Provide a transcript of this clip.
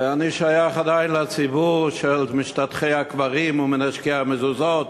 אני עדיין שייך לציבור של משתטחי הקברים ומנשקי המזוזות.